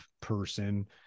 person